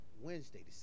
Wednesday